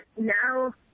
now